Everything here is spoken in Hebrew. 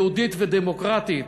יהודית ודמוקרטית